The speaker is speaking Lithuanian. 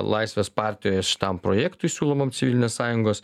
laisvės partijos šitam projektui siūlomam civilinės sąjungos